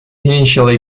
initially